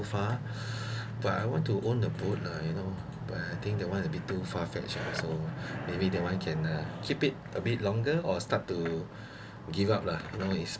far but I want to own a boat lah you know but I think that one a bit too far fetched uh so maybe that [one] can uh keep it a bit longer or start to give up lah you know is